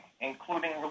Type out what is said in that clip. including